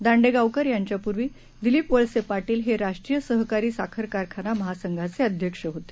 दांडेगावकरयांच्यापूर्वीदिलीपवळसेपाटीलहेराष्ट्रीयसहकारीसाखरकारखानामहासंघाचेअध्यक्षहोते